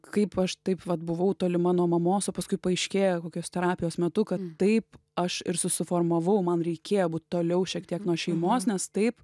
kaip aš taip vat buvau tolima nuo mamos o paskui paaiškėja kokios terapijos metu kad taip aš ir susiformavau man reikėjo būt toliau šiek tiek nuo šeimos nes taip